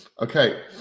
okay